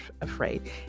afraid